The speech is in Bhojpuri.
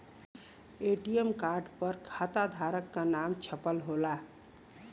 ए.टी.एम कार्ड पर खाताधारक क नाम छपल होला